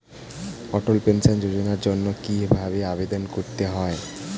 অটল pension যোজনার জন্য কি ভাবে আবেদন করতে হয়?